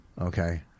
Okay